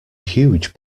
huge